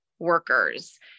Workers